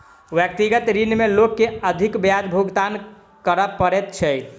व्यक्तिगत ऋण में लोक के अधिक ब्याज भुगतान करय पड़ैत छै